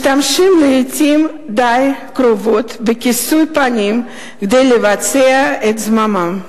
משתמשים לעתים די קרובות בכיסוי פנים כדי לבצע את זממם.